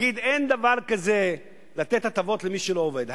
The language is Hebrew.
ולהגיד: אין דבר כזה לתת הטבות למי שלא עובד,